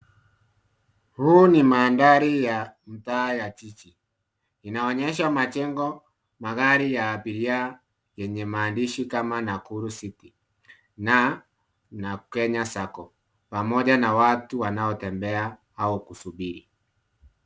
Huu ni mandhari ya mtaa ya jiji inaonyesha majengo ,magari ya abiria yenye maandishi kama Nakuru City na Kenya Sacco pamoja na watu wanaotembea au kusubiri.